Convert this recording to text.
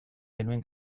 genuen